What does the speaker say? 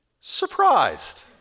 surprised